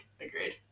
agreed